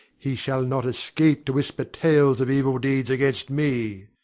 he shall not escape to whisper tales of evil deeds against me.